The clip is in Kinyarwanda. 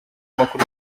makuru